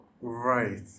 right